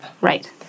right